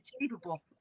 achievable